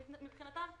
מבחינתם הם